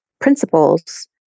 principles